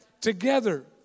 Together